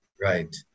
right